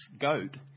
goat